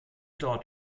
dort